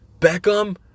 Beckham